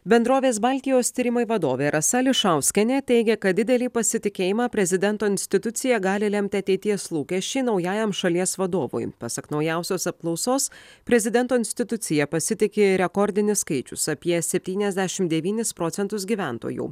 bendrovės baltijos tyrimai vadovė rasa ališauskienė teigia kad didelį pasitikėjimą prezidento institucija gali lemti ateities lūkesčiai naujajam šalies vadovui pasak naujausios apklausos prezidento institucija pasitiki rekordinis skaičius apie septyniasdešimt devynis procentus gyventojų